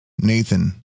Nathan